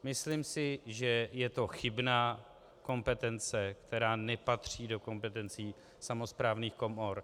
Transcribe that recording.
Myslím si, že je to chybná kompetence, která nepatří do kompetencí samosprávných komor.